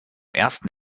ersten